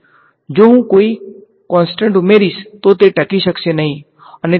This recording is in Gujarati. જો હું કોઈ કોન્સટંટ ઉમેરીશ તો તે ટકી શકશે નહીં